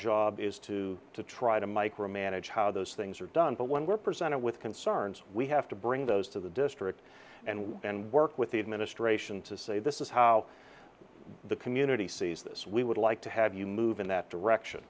job is to try to micromanage how those things are done but when we're presented with concerns we have to bring those to the district and then work with the administration to say this is how the community sees this we would like to have you move in that direction